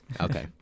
Okay